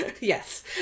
Yes